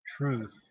truth